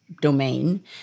domain